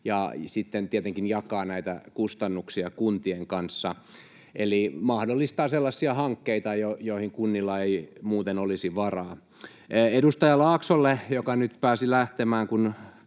ja sitten se tietenkin jakaa näitä kustannuksia kuntien kanssa eli mahdollistaa sellaisia hankkeita, joihin kunnilla ei muuten olisi varaa. Edustaja Laaksolle, joka nyt pääsi lähtemään, kun